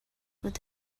good